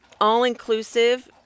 All-inclusive